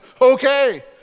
okay